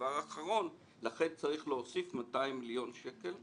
דבר אחרון, לכן צריך להוסיף 20 מיליון שקל,